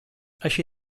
així